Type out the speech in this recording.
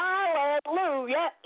Hallelujah